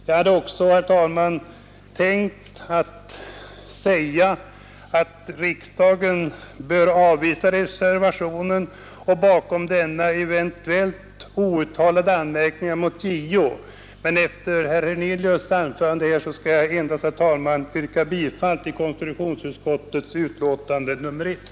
Jag hade också tänkt säga att riksdagen bör avvisa reservationen och de outtalade anmärkningar mot JO som eventuellt ligger bakom. Efter herr Hernelius” anförande skall jag dock nöja mig med att yrka bifall till vad utskottet anfört i betänkandet.